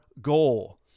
goal